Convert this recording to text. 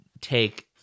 take